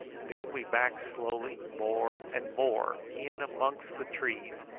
then we backed slowly more and more in amongst the trees,